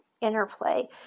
interplay